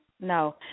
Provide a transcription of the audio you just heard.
no